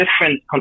different